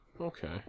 Okay